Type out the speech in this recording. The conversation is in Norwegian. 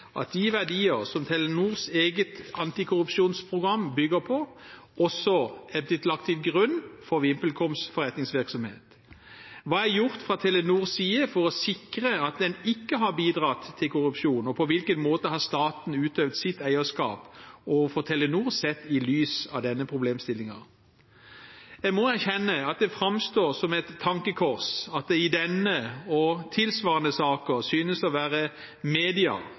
at de verdier som Telenors eget antikorrupsjonsprogram bygger på, også er blitt lagt til grunn for VimpelComs forretningsvirksomhet? Hva er gjort fra Telenors side for å sikre at en ikke har bidratt til korrupsjon? Og på hvilken måte har staten utøvd sitt eierskap overfor Telenor, sett i lys av denne problemstillingen? Jeg må erkjenne at det framstår som et tankekors at det i denne og tilsvarende saker synes å være media